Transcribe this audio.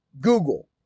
Google